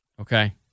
Okay